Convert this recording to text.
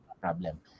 problem